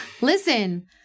Listen